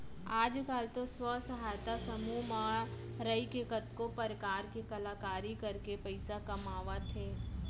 आज काल तो स्व सहायता समूह म रइके कतको परकार के कलाकारी करके पइसा कमावत हें